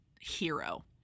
Hero